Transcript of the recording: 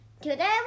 Today